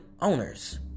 owners